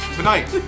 Tonight